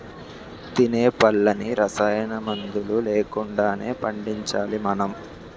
తినే పళ్ళన్నీ రసాయనమందులు లేకుండానే పండించాలి మనం